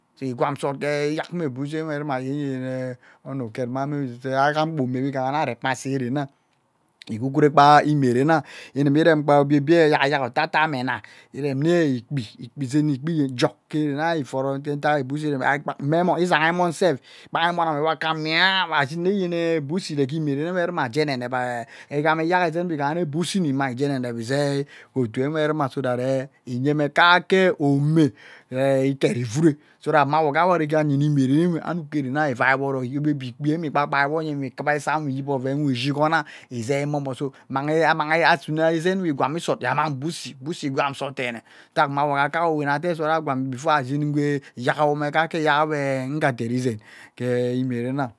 So igwam sot ke eyak, mme buõsy nwe ruma ayeni nye ono uket mmame unurem agham gba omo we arevime asee gevegha nwe ghama gwu gwuke kpa imie denegha inumi rem kpa obie bie eyak eyak otata me na nmi remr ikpi, ikpi zen ne jok ke den angha iforo ke utack buosy iregehe deme mmaa emon, izaha ma emon self kpang emon ame wee akom maaa awe aghin mme buosy eregee emi eden ewezuma ajie enep enep eey egham eyak ezen we igaha nne yene buosy nne mma ijie enep enep izai otou nweme uzuma so that ey iyeme kaeke omo eey iket ivuree so that mma awoga nwe ayina inue dene nwe, anuk ke dene ivai wo orak obie obie ikpi eme ikpai kpai wõ nye nwe kuwa esa, nwe iyep oven, nwe shie igonha ezeamo mo so mehe amahe asume ezen we igwami sot jie buosy, buosy is gwam sot deene ntak mea wo akamowen ite sot agwani before ashin ngwe eyangha wuma kake eyagha we-ge nderi zen ke mmie dengha.